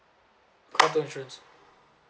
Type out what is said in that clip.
call two insurance